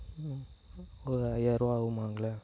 ம் ஒரு ஐயாயிரரூபா ஆகுமாங்ளா